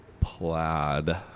plaid